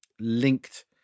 linked